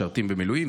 משרתים במילואים,